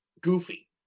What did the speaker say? Goofy